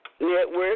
Network